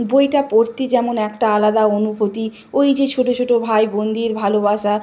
বইটা পড়তে যেমন একটা আলাদা অনুভূতি ওই যে ছোটো ছোটো ভাই বোনদের ভালোবাসা